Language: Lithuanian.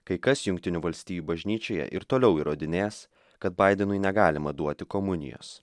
kai kas jungtinių valstijų bažnyčioje ir toliau įrodinės kad baidenui negalima duoti komunijos